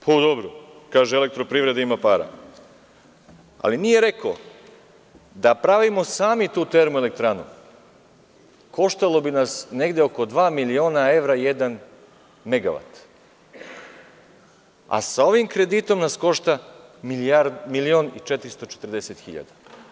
Pa, dobro, kaže - Elektroprivreda ima para, ali nije rekao da pravimo sami tu termoelektranu, koštalo bi nas negde oko dva miliona evra jedan megavat, a sa ovim kreditom nas košta milion i 440 hiljada.